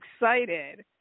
excited